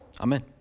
Amen